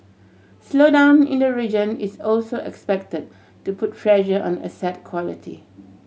slowdown in the region is also expected to put pressure on asset quality